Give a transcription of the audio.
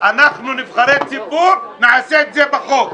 אנחנו נבחרי ציבור נעשה את זה בחוק,